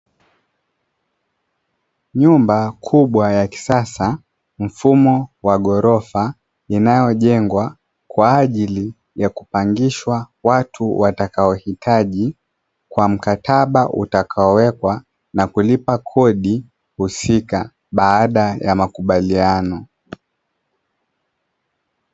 Nyumba kubwa ya kisasa mfumo wa ghorofa inayojengwa kwaajili ya kupangishwa watu watakaohitaji kwa mkataba, utakaowekwa na kulipa kodi husika baada ya makubaliano.